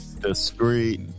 Discreet